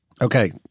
Okay